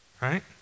right